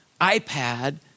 iPad